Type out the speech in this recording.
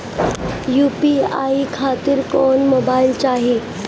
UPI खातिर कौन mobile चाहीं?